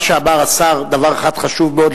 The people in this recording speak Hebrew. מה שאמר השר הוא דבר אחד חשוב מאוד,